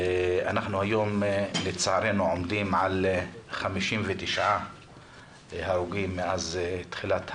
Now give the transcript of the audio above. היום לצערנו אנחנו עומדים על 59 הרוגים מאז תחילת השנה,